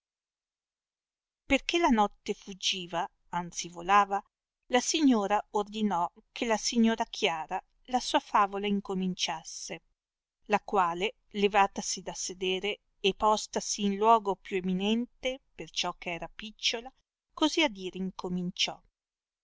perchè la notte fuggiva anzi volava la signora ordinò che la signora chiara la sua favola incominciasse la quale levatasi da sedere e postasi in luogo più eminente perciò che era picciola così a dire incominciò